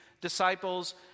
disciples